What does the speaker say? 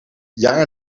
jaar